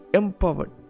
empowered